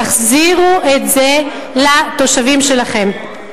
תחזירו את זה לתושבים שלכם.